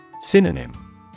Synonym